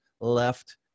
left